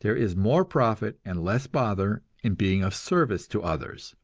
there is more profit and less bother in being of service to others.